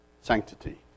sanctity